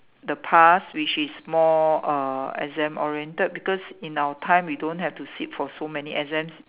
the past which is more uh exam oriented because in our time we don't have to sit for so many exams